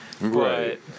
right